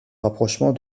rapprochement